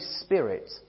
Spirit